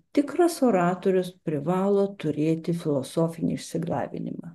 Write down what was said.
kad tikras oratorius privalo turėti filosofinį išsilavinimą